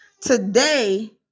Today